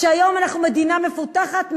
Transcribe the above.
היום אנחנו מדינה מפותחת,